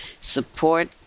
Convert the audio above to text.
support